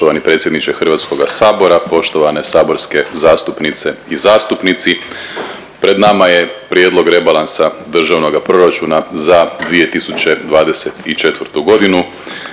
poštovani predsjedniče HS, poštovane saborske zastupnice i zastupnici. Pred nama je Prijedlog rebalansa državnoga proračuna za 2024.g.